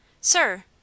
Sir